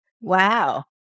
Wow